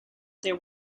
there